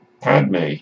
Padme